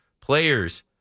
players